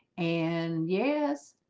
and yes